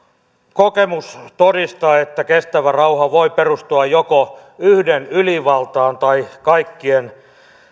kokemus todistaa että kestävä rauha voi perustua joko yhden ylivaltaan tai kaikkien